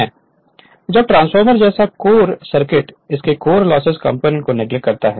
Refer Slide Time 2913 अब transformer जैसा core circuit इसके कोर लॉस्ट कंप्लेंट को नेगलेक्ट करता है